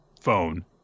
phone